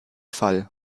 fall